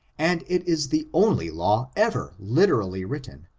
and it is the only law ever literally written,